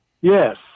Yes